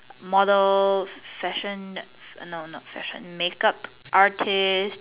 model fashion no no fashion makeup artist